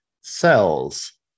cells